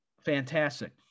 fantastic